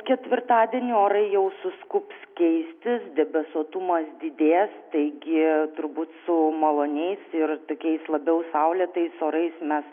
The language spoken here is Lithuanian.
ketvirtadienį orai jau suskubs keistis debesuotumas didės taigi turbūt su maloniais ir tokiais labiau saulėtais orais mes